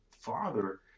father